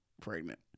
pregnant